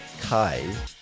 Kai